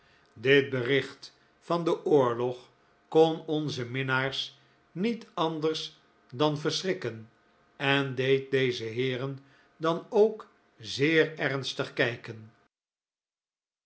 dit bericht van den oorlog kon onze minnaars niet anders dan verschrikken en deed deze heeren dan ook zeer ernstig kijken